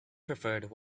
preferred